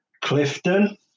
Clifton